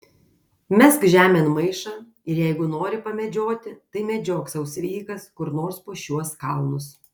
mesk žemėn maišą ir jeigu nori pamedžioti tai medžiok sau sveikas kur nors po šiuos kalnus